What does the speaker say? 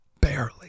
Barely